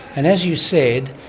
and as you said,